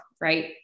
right